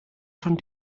schon